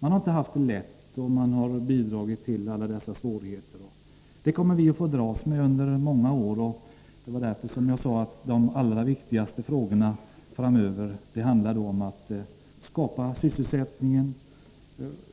Den har inte haft det lätt, och den har bidragit till alla dessa svårigheter. Detta kommer vi att få dras med under många år. Det var därför jag sade att de allra viktigaste frågorna framöver handlar om att skapa sysselsättning